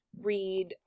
read